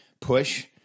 push